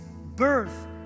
birth